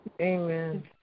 Amen